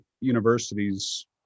universities